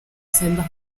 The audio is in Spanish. sendas